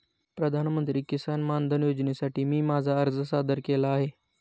प्रधानमंत्री किसान मानधन योजनेसाठी मी माझा अर्ज सादर केला आहे